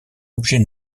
objet